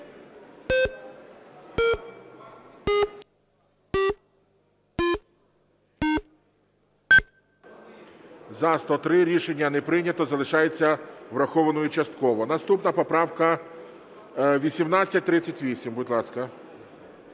За-103 Рішення не прийнято. Залишається врахованою частково. Наступна поправка 1838. Будь ласка.